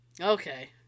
Okay